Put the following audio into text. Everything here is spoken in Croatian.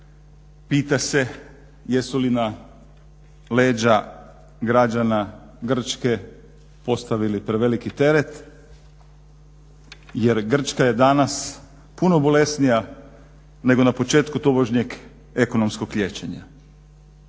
pita se jesu li na leđa građana Grčke postavili preveliki teret jer Grčka je danas puno bolesnija nego na početku tobožnjeg ekonomskog liječenja.